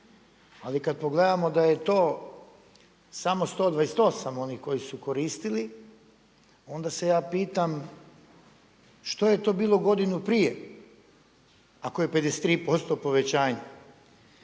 Ali kada pogledamo da je to samo 128 onih koji su koristili, onda se ja pitam što je to bilo godinu prije, ako je 53% povećanje?